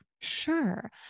Sure